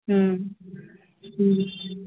हुँ हुँ